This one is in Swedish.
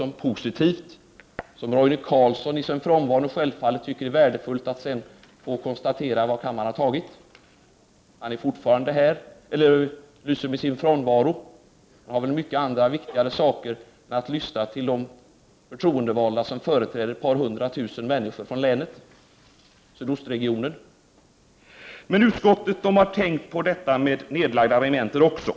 Roine Carlsson kommer självfallet i sin frånvaro att tycka att det är värdefullt att konstatera vilket beslut kammaren har fattat. Han lyser med sin frånvaro. Han har väl många andra, viktigare saker för sig än att lyssna till de förtroendevalda som företräder ett par hundra tusen människor från länet. Men utskottet har tänkt på nedlagda regementen också.